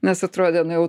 nes atrodė nu jau